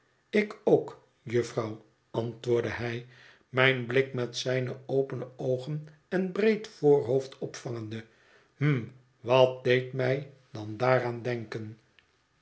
ik ook jufvrouw antwoordde hij mijn blik met zijne opene oogen en breed voorhoofd opvangende hm wat deed mij dan daaraan denken